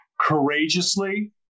courageously